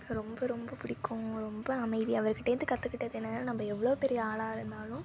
ரொம்ப ரொம்ப பிடிக்கும் ரொம்ப அமைதி அவர்கிட்டேருந்து கற்றுக்கிட்டது என்னது நம்ம எவ்வளோ பெரிய ஆளாக இருந்தாலும்